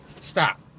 Stop